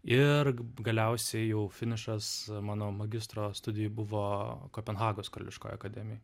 ir galiausiai jau finišas mano magistro studijų buvo kopenhagos karališkoj akademijoj